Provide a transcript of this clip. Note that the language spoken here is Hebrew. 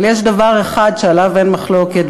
אבל יש דבר אחד שעליו אין מחלוקת,